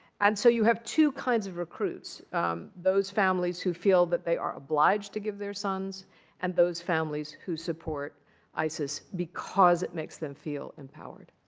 and so you have two kinds of recruits those families who feel that they are obliged to give their sons and those families who support isis because it makes them feel empowered.